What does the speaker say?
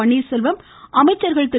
பன்னீர்செல்வம் அமைச்சர்கள் திரு